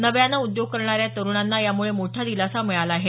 नव्यानं उद्योग करणाऱ्या या तरुणांना यामुळे मोठा दिलासा मिळाला आहे